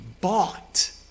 bought